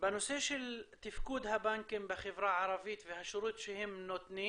בנושא של תפקוד הבנקים בחברה הערבית והשירות שהם נותנים,